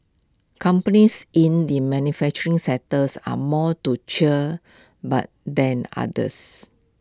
companies in the manufacturing sectors are more to cheer about than others